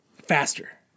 Faster